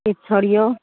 छोड़ियौ